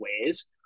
ways